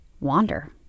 wander